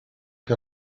que